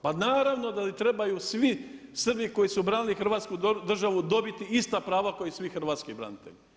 Pa naravno da trebaju svi Srbi koji su branili hrvatsku državu dobiti ista prava kao i svi hrvatski branitelji.